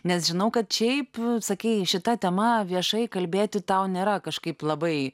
nes žinau kad šiaip sakei šita tema viešai kalbėti tau nėra kažkaip labai